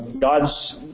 God's